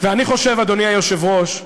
ואני חושב, אדוני היושב-ראש,